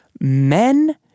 men